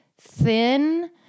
thin